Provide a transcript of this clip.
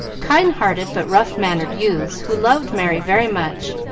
kind-hearted but rough-mannered youths, who loved merry very much,